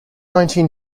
nineteen